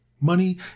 money